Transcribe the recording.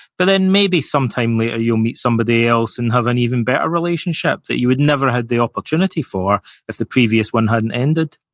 but then maybe some time later you'll meet somebody else and have an even better relationship, that you would never had the opportunity for if the previous one hadn't ended.